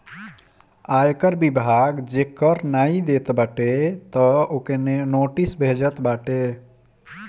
आयकर विभाग जे कर नाइ देत बाटे तअ ओके नोटिस भेजत बाटे